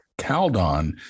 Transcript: Caldon